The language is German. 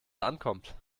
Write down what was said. ankommt